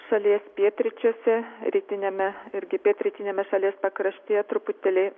šalies pietryčiuose rytiniame irgi pietrytiniame šalies pakraštyje truputėli